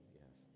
yes